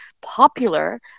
popular